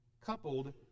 coupled